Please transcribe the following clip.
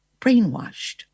brainwashed